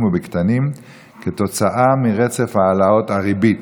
וקטנים כתוצאה מרצף העלאות הריבית,